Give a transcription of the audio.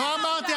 לא אמרתי.